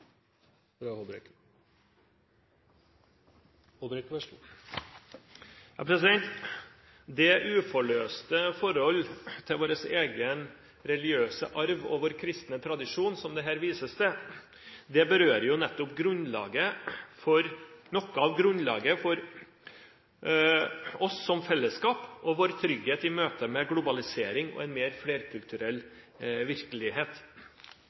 uforløste forhold til vår egen religiøse arv og vår kristne tradisjon som det her vises til, berører nettopp noe av grunnlaget for oss som fellesskap og vår trygghet i møte med globalisering og en mer flerkulturell virkelighet.